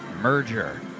merger